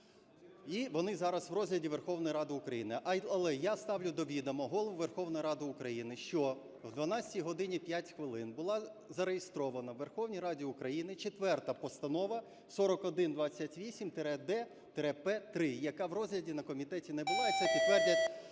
І вони зараз в розгляді Верховної Ради України. Але я ставлю до відома Голову Верховної Ради України, що в 12 годині 5 хвилин була зареєстрована у Верховній Раді України четверта постанова - 4128-д-П3, яка в розгляді на комітеті не була,